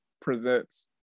presents